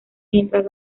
mientras